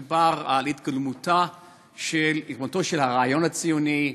מדובר על התגלמותו של הרעיון הציוני,